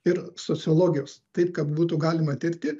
ir sociologijos taip kad būtų galima tirti